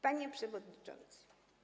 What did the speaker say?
Panie Przewodniczący!